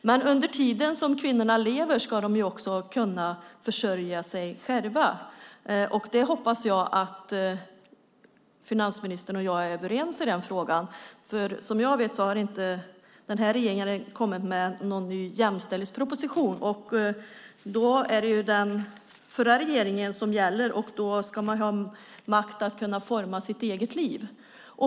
Men under tiden som kvinnorna lever ska de kunna försörja sig själva. Jag hoppas att finansministern och jag är överens i den frågan. Såvitt jag vet har denna regering inte kommit med någon ny jämställdhetsproposition. Då är det den förra regeringens som gäller, och enligt den ska man ha makt att kunna forma sitt eget liv.